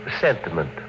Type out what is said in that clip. sentiment